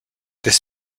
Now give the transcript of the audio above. this